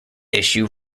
issue